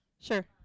sure